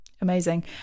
amazing